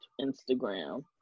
Instagram